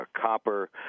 copper